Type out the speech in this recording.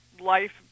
life